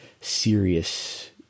serious